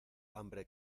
hambre